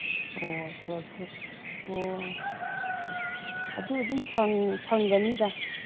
ꯑꯣ ꯏꯁꯄꯣꯔꯠ ꯁꯨ ꯑꯣ ꯑꯗꯨ ꯑꯗꯨꯝ ꯐꯪꯒꯅꯤꯗ